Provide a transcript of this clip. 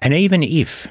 and even if